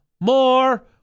more